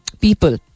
people